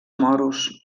moros